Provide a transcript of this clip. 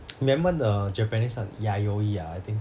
remember the japanese [one] yaoi ah I think